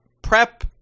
Prep